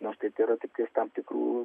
nors taip yra tiktais tam tikrų